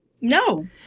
No